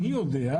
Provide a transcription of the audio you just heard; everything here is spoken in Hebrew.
אני יודע,